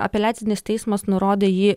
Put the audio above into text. apeliacinis teismas nurodė jį